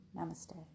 Namaste